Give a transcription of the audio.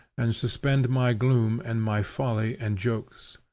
and suspend my gloom and my folly and jokes.